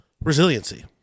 resiliency